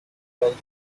the